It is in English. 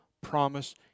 promise